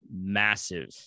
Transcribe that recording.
massive